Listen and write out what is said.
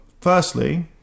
Firstly